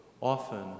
Often